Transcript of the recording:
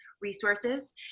resources